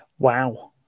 Wow